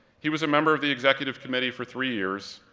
he was a member of the executive committee for three years,